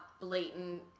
blatant